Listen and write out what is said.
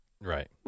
Right